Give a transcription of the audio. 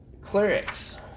clerics